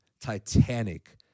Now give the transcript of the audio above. Titanic